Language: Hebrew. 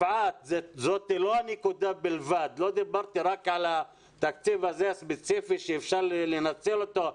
לא דיברתי רק על זה התקציב הזה הספציפי שאפשר לנצל אותו.